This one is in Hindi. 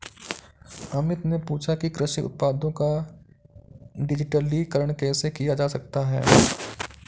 अमित ने पूछा कि कृषि उत्पादों का डिजिटलीकरण कैसे किया जा सकता है?